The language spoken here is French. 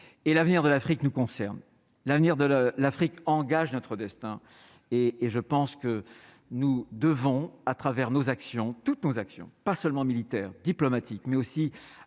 et l'avenir de l'Afrique nous concerne l'avenir de la l'Afrique engage notre destin et et je pense que nous devons à travers nos actions toutes nos actions, pas seulement militaire, diplomatique, mais aussi